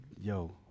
yo